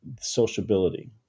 sociability